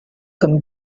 comme